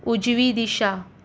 उजवी दिशा